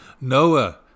noah